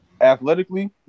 Athletically